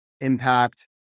impact